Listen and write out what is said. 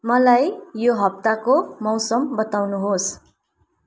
मलाई यो हप्ताको मौसम बताउनुहोस्